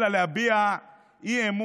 אלא להביע אי-אמון